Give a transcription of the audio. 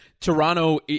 Toronto